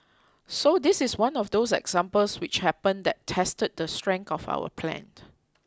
so this is one of those examples which happen that tested the strength of our plan